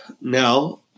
now